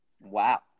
Wow